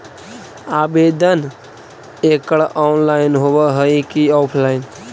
आवेदन एकड़ ऑनलाइन होव हइ की ऑफलाइन?